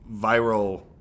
viral